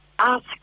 Ask